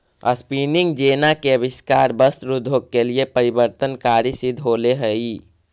spinning जेना के आविष्कार वस्त्र उद्योग के लिए परिवर्तनकारी सिद्ध होले हई